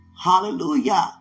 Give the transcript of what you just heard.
Hallelujah